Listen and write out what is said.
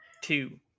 two